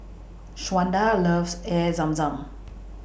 Shawnda loves Air Zam Zam